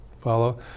Follow